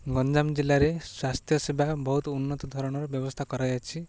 ଗଞ୍ଜାମ ଜିଲ୍ଲାରେ ସ୍ୱାସ୍ଥ୍ୟ ସେବା ବହୁତ ଉନ୍ନତ ଧରଣର ବ୍ୟବସ୍ଥା କରାଯାଇଛି